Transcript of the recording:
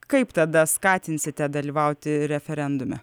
kaip tada skatinsite dalyvauti referendume